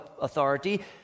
authority